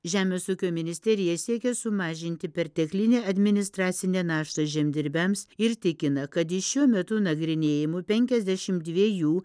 žemės ūkio ministerija siekia sumažinti perteklinę administracinę naštą žemdirbiams ir tikina kad iš šiuo metu nagrinėjamų penkiasdešimt dviejų